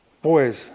Boys